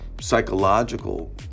psychological